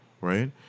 right